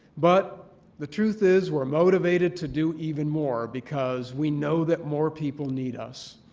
but the truth is we're motivated to do even more because we know that more people need us.